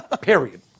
Period